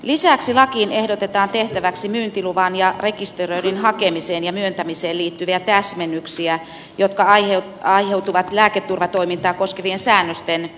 lisäksi lakiin ehdotetaan tehtäväksi myyntiluvan ja rekisteröinnin hakemiseen ja myöntämiseen liittyviä täsmennyksiä jotka aiheutuvat lääketurvatoimintaa koskevien säännösten uudistamisesta